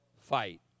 fight